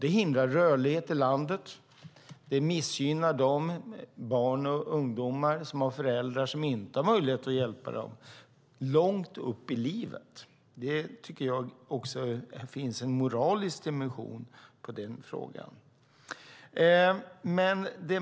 Det hindrar rörlighet i landet. Det missgynnar de barn och ungdomar som har föräldrar som inte har möjligheter att hjälpa dem, och det långt fram i livet. Jag tycker att det också finns en moralisk dimension på frågan.